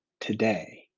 today